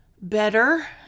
better